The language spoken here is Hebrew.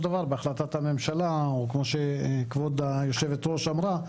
דבר בהחלטת הממשלה או כמו שכבוד היושבת-ראש אמרה,